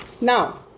Now